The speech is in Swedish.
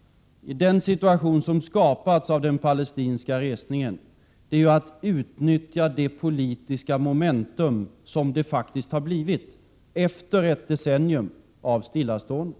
— i den situation som har skapats av den palestinska resningen — är att utnyttja det politiska momentum som faktiskt har uppstått efter ett decennium av stillastående.